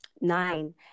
nine